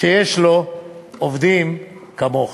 שיש לו עובדים כמוך,